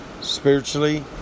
spiritually